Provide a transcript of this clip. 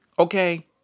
Okay